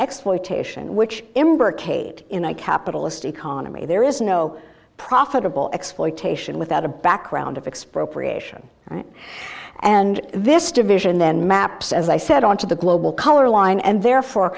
exploitation which ember kate in a capitalist economy there is no profitable exploitation without a background of expropriation and this division then maps as i said onto the global color line and therefore